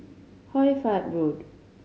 Hoy Fatt Road